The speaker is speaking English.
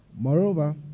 Moreover